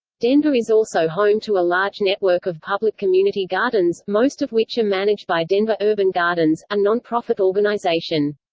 denver is also home to a large network of public community gardens, most of which are managed by denver urban gardens, a non-profit organization.